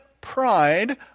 pride